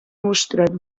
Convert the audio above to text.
mostrat